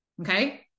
okay